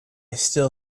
still